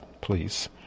please